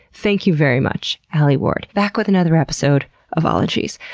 thank you very much. alie ward. back with another episode of ologies.